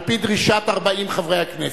על-פי דרישת 40 חברי הכנסת.